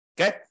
Okay